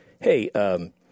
hey –